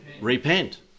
repent